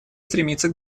стремиться